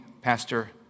Pastor